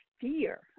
fear